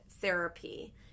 therapy